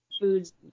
food's